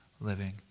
living